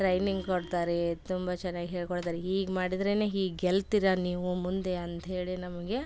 training ಕೊಡ್ತಾರೆ ತುಂಬ ಚೆನ್ನಾಗಿ ಹೇಳಿಕೊಡ್ತಾರೆ ಹೀಗೆ ಮಾಡಿದ್ರೇ ಹೀಗೆ ಗೆಲ್ತೀರ ನೀವು ಮುಂದೆ ಅಂತೇಳಿ ನಮಗೆ